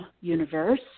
universe